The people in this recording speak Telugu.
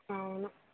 అవును